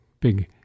big